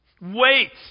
Wait